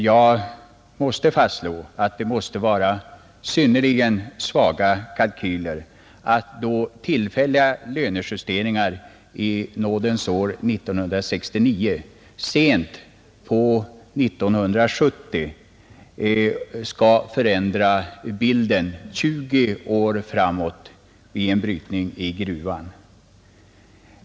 Jag måste fastslå att det är synnerligen svaga kalkyler, då tillfälliga lönejusteringar i nådens år 1969 sent på 1970 skall förändra bilden 20 år framåt vid en brytning i gruvan.